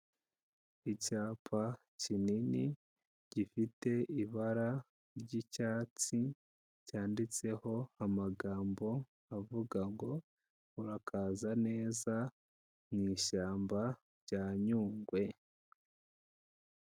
Icyapa kinini gifite ibara ry'icyatsi ryanditseho amagambo avuga ngo, urakaza neza mu ishyamba rya Nyungwe.